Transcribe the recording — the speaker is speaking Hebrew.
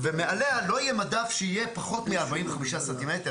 ומעליה לא יהיה מדף שיהיה פחות מ-45 סנטימטרים